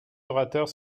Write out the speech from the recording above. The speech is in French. orateurs